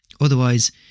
Otherwise